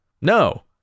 No